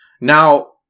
Now